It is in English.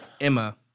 Emma